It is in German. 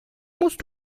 musst